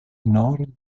nord